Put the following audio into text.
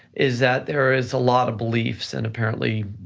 is that there is a lot of beliefs and apparently,